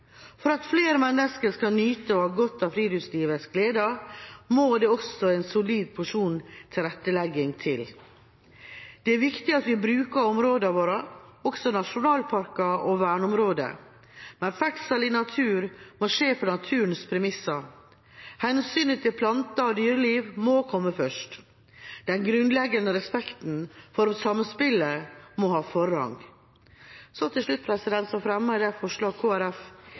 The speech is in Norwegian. For at flere mennesker skal nyte og ha godt av friluftslivets gleder, må det også en solid porsjon tilrettelegging til. Det er viktig at vi bruker områdene våre, også nasjonalparker og verneområder, men ferdsel i naturen må skje på naturens premisser. Hensynet til plante- og dyreliv må komme først. Den grunnleggende respekten for samspillet må ha forrang.